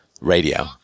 radio